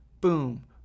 Boom